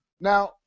Now